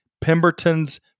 Pemberton's